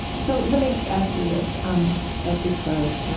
so let me ask you this um as we close